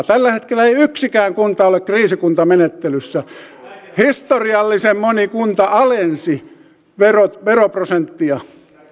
tällä hetkellä ei yksikään kunta ole kriisikuntamenettelyssä historiallisen moni kunta alensi veroprosenttiaan